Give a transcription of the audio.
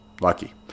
lucky